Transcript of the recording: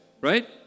right